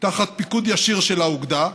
תחת פיקוד ישיר של האוגדה,